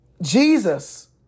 Jesus